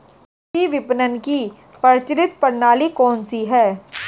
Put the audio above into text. कृषि विपणन की प्रचलित प्रणाली कौन सी है?